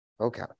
okay